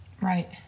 right